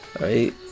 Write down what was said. Right